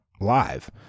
live